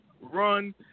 run